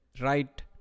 right